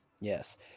Yes